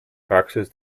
praxis